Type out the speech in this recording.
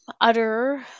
utter